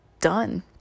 done